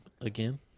again